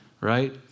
Right